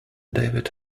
david